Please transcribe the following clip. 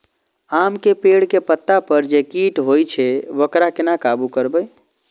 आम के पेड़ के पत्ता पर जे कीट होय छे वकरा केना काबू करबे?